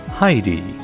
Heidi